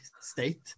state